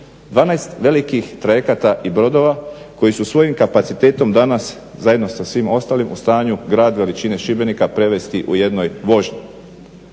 12 velikih trajekata i brodova koji su svojim kapacitetom danas zajedno sa svim ostalim u stanju grad veličine Šibenika prevesti u jednoj vožnji.